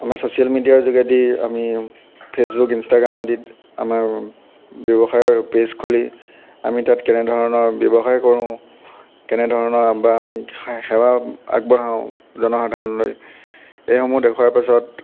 আমাৰ ছ'চিয়েল মেডিয়াৰ যোগেদি আমি ফে'চবুক ইনষ্টাগ্ৰাম আদিত আমাৰ ব্যৱসায়ৰ পেজ খুলি আমি তাত কেনেধৰণৰ ব্যৱসায় কৰোঁ কেনেধৰণৰ বা আমি সে সেৱা আগবঢ়াওঁ জনসাধাৰণলৈ এই সমূহ দেখোৱাৰ পাছত